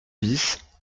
bis